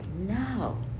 No